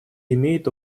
имеет